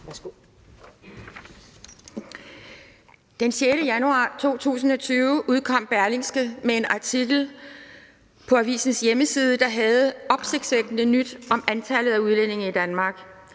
Den 6. januar 2020 udkom Berlingske med en artikel på avisens hjemmeside, der havde opsigtsvækkende nyt om antallet af udlændinge i Danmark.